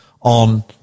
on